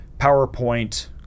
PowerPoint